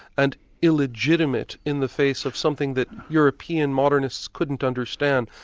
and illegitimate in the face of something that european modernists couldn't understand,